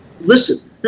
listen